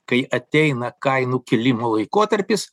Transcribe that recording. kai ateina kainų kilimo laikotarpis